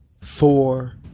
four